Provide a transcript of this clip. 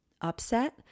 upset